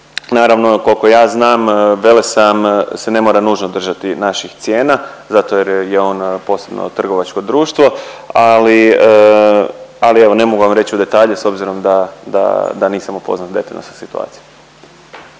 Naravno koliko ja znam Velesajam se ne mora nužno držati naših cijena zato jer je ona posebno trgovačko društvo, ali evo ne mogu vam reći u detalje s obzirom da nisam upoznat detaljno sa situacijom.